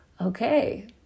okay